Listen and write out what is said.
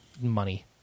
Money